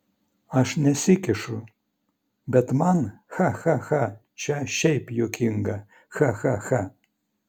aš nesikišu bet man cha cha cha čia šiaip juokinga cha cha cha